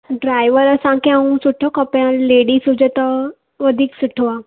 driver असांखे ऐं सुठो खपे ऐं लेडीस हुजे त वधीक सुठो आहे